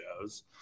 shows